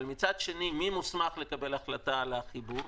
אבל מצד שני מי מוסמך לקבל החלטה על החיבור?